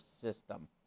system